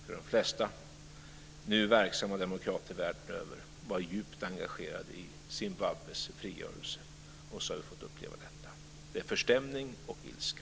De flesta nu verksamma demokrater världen över var djupt engagerade i Zimbabwes frigörelse, och så har vi fått uppleva detta. Det är förstämning och ilska.